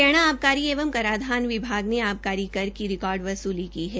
हरियाणा आबकारी एवं कराधान विभाग ने आबकारी कर की रिकार्ड वसूली की है